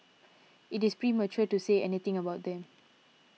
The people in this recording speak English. it is premature to say anything about them